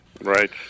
Right